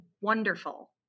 wonderful